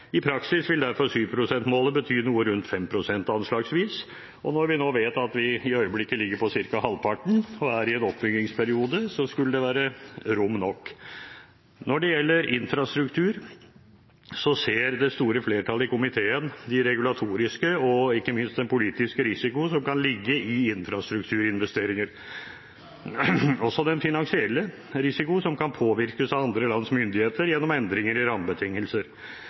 I praksis vil derfor 7 pst.-målet bety noe rundt anslagsvis 5 pst., og når vi nå vet at vi i øyeblikket ligger på ca. halvparten, og er i en oppbyggingsperiode, skulle det være rom nok. Når det gjelder infrastruktur, ser det store flertallet i komiteen den regulatoriske og ikke minst den politiske risikoen som kan ligge i infrastrukturinvesteringer, også den finansielle risiko, som kan påvirkes av andre lands myndigheter gjennom endringer i rammebetingelser.